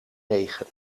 negen